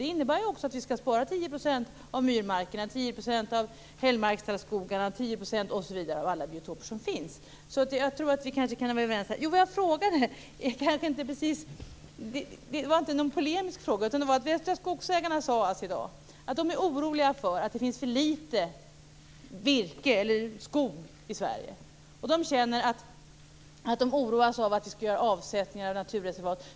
Det innebär ju också att vi skall spara 10 % av myrmarkerna, 10 % av hällmarkstallskogarna osv., dvs. 10 % av alla biotoper som finns. Jag tror alltså att vi kan vara överens om detta. Min fråga var inte någon polemisk fråga. Västra Skogsägarna sade i dag att de är oroliga för att det finns för litet skog i Sverige. De oroas av att man skall göra avsättningar till naturreservat.